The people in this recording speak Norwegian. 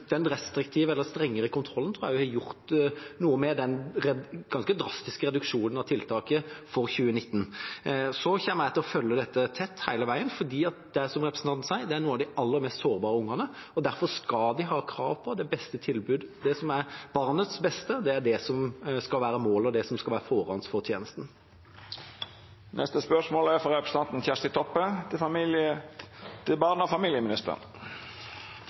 har gjort noe med den ganske drastiske reduksjonen i antall tiltak for 2019. Jeg kommer til å følge dette tett hele veien, for det er – som representanten sier – noen av de aller mest sårbare ungene, og derfor har de krav på det beste tilbudet, det som er barnets beste. Det er det som skal være målet, og det som skal være førende for tjenesten. «VG har publisert saka om guten som har budd isolert i einetiltak i barnevernet i over tre år, i periodar på umøblert rom, og